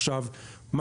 עכשיו מה?